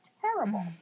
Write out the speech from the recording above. terrible